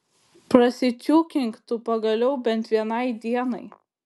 prasičiūkink tu pagaliau bent vienai dienai